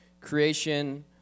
creation